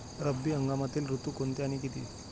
रब्बी हंगामातील ऋतू कोणते आणि किती?